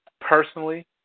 personally